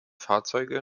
fahrzeuge